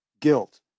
guilt